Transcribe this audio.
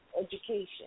education